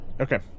Okay